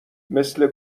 مثل